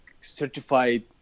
certified